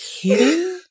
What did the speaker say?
kidding